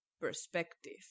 perspective